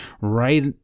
right